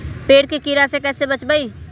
पेड़ के कीड़ा से कैसे बचबई?